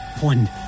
one